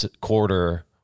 quarter